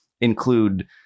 include